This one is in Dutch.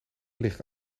ligt